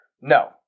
No